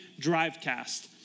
Drivecast